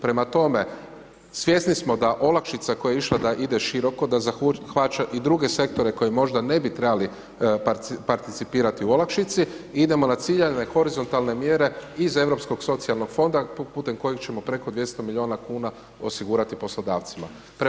Prema tome, svjesni smo da olakšica koja je išla, da ide široko, da zahvaća i druge sektore koje možda ne bi trebali percipirati u olakšici idemo na ciljane horizontalne mjere iz europskog socijalnog fonda, putem kojeg ćemo preko 200 milijuna kn, osigurati poslodavcima.